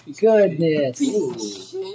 Goodness